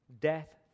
Death